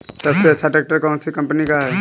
सबसे अच्छा ट्रैक्टर कौन सी कम्पनी का है?